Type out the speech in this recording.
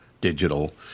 digital